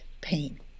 pain